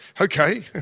okay